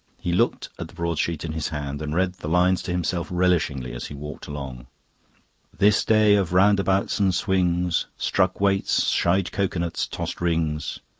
he looked at the broadsheet in his hand and read the lines to himself relishingly as he walked along this day of roundabouts and swings, struck weights, shied cocoa-nuts, tossed rings,